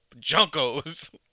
junkos